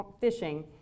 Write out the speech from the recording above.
fishing